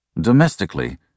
Domestically